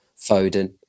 Foden